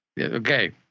Okay